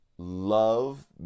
love